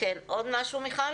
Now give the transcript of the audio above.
עוד משהו, מיכל?